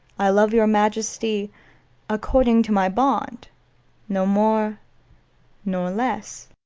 i love your majesty according to my bond no more nor less.